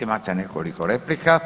Imate nekoliko replika.